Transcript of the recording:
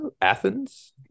Athens